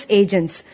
agents